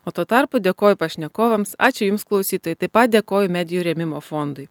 o tuo tarpu dėkoju pašnekovams ačiū jums klausytojai taip pat dėkoju medijų rėmimo fondui